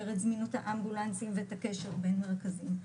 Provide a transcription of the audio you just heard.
את זמינות האמבולנסים ואת הקשר בין מרכזים.